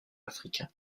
africain